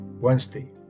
Wednesday